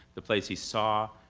the plays he saw,